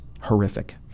horrific